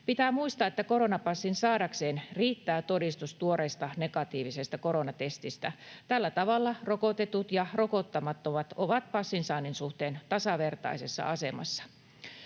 Pitää muistaa, että koronapassin saadakseen riittää todistus tuoreesta negatiivisesta koronatestistä. Tällä tavalla rokotetut ja rokottamattomat ovat passin saannin suhteen tasavertaisessa asemassa.